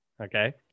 Okay